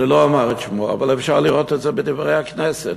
אני לא אומר את שמו אבל אפשר לראות את זה ב"דברי הכנסת",